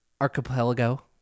archipelago